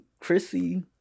Chrissy